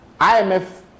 IMF